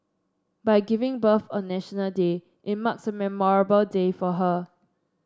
by giving birth on National Day it marks a memorable day for her